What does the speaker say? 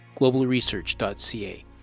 Globalresearch.ca